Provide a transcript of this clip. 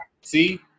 see